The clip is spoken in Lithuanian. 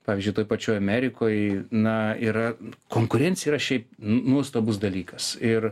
pavyzdžiui toj pačioj amerikoj na yra konkurencija yra šiaip nuostabus dalykas ir